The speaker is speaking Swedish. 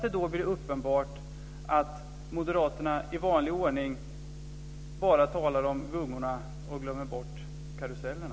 Det blir då uppenbart att moderaterna i vanlig ordning bara talar om gungorna och glömmer karusellerna.